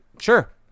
sure